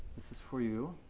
this is for you,